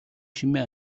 чимээ